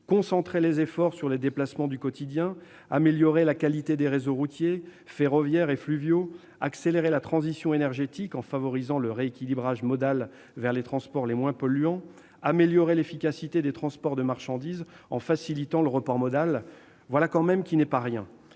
concentrer les efforts sur les déplacements du quotidien et améliorer la qualité des réseaux routiers, ferroviaires et fluviaux ; accélérer la transition énergétique en favorisant le rééquilibrage modal vers les transports les moins polluants ; améliorer l'efficacité des transports de marchandises en facilitant le report modal. Voilà quand même qui n'est pas rien